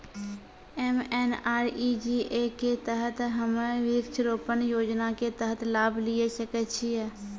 MNREGA के तहत हम्मय वृक्ष रोपण योजना के तहत लाभ लिये सकय छियै?